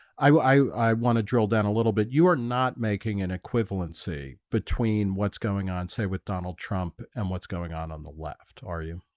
i i i want to drill down a little bit you are not making an equivalency between what's going on say with donald trump. and what's going on on the left. are you?